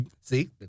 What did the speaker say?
see